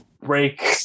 Break